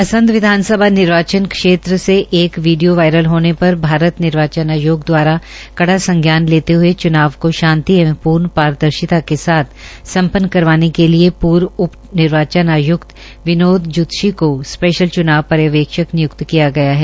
असंघ विधानसभा निर्वाचन क्षेत्र से एक वीडियो वायरल होने पर भारत निर्वाचन आयोग द्वारा कड़ा संज्ञान लेते हुए चनाव को भाांति एवं पृर्ण पारदप्रिता के साथ संपन्न करवाने के लिए पूर्व उप निर्वाचन आयक्त विनोद जत्तीी को स्पै ाल चुनाव पर्यवेक्षक नियुक्त किया गया है